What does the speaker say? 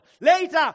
Later